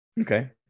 okay